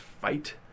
fight